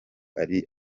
ariyo